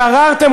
גררתם,